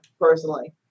personally